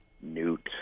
Newt